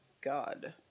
god